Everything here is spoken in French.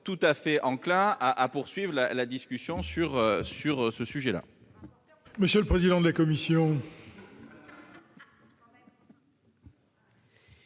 tout à fait enclins à poursuivre la discussion sur ce sujet.